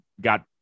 got